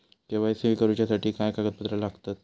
KYC करूच्यासाठी काय कागदपत्रा लागतत?